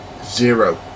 zero